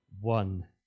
one